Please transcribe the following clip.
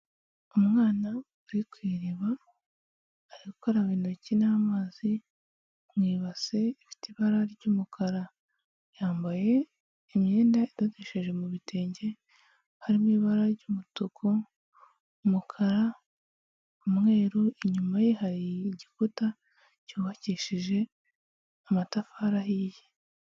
Umwana uri ku iriba, ari gukaraba intoki n'amazi, mu ibase ifite ibara ry'umukara, yambaye imyenda idodesheje mu bitenge, harimo ibara ry'umutuku, umukara, umweru, inyuma ye hari igikuta, cyubakishije amatafari ahiye.